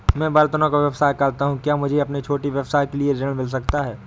मैं बर्तनों का व्यवसाय करता हूँ क्या मुझे अपने छोटे व्यवसाय के लिए ऋण मिल सकता है?